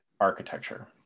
architecture